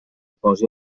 pose